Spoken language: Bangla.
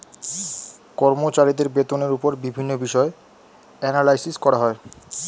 কর্মচারীদের বেতনের উপর বিভিন্ন বিষয়ে অ্যানালাইসিস করা হয়